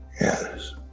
Yes